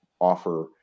offer